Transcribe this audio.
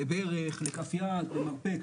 לברך, לכף יד, למרפק.